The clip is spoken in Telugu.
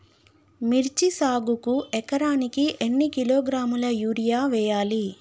మిర్చి సాగుకు ఎకరానికి ఎన్ని కిలోగ్రాముల యూరియా వేయాలి?